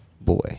boy